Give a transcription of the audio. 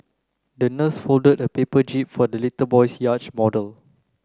the nurse folded a paper jib for the little boy's yacht model